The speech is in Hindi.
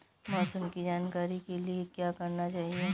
मौसम की जानकारी के लिए क्या करना चाहिए?